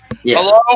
Hello